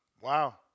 Wow